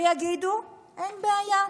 ויגידו: אין בעיה,